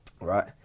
Right